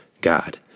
God